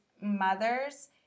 mothers